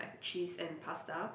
cheese and pasta